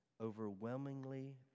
overwhelmingly